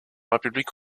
république